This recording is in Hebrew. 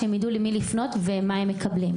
שהם ידעו למי לפנות ומה הם מקבלים.